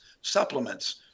supplements